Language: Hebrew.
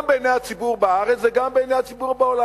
גם בעיני הציבור בארץ וגם בעיני הציבור בעולם.